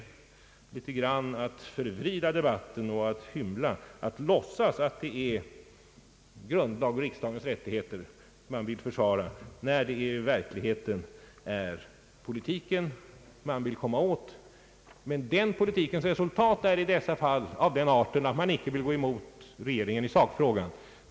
Enligt min mening är det att något förvrida debatten och hymla, att låtsas att det är grundlag och riksdagens rättigheter man vill försvara när det i verkligheten är politiken man vill komma åt. Men den politikens resultat är i dessa fall av den arten att man inte vill gå emot regeringen i sakfrågan.